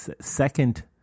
second